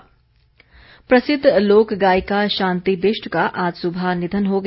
निधन प्रसिद्ध लोक गायिका शांति बिष्ट का आज सुबह निधन हो गया